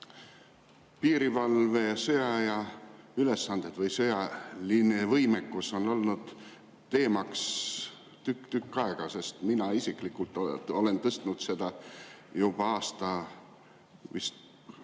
Piirivalve sõjaaja ülesanded või sõjaline võimekus on olnud teemaks tükk-tükk aega, mina isiklikult olen tõstatanud seda teemat vist